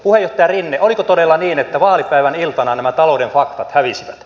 puheenjohtaja rinne oliko todella niin että vaalipäivän iltana nämä talouden faktat hävisivät